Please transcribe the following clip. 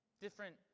Different